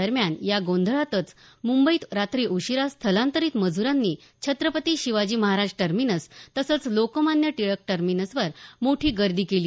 दरम्यान या गोंधळातच मुंबईत रात्री उशिरा स्थलांतरित मज्रांनी छत्रपती शिवाजी महाराज टर्मिनस तसंच लोकमान्य टिळक टर्मिनसवर मोठी गर्दी केली